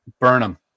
Burnham